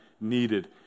needed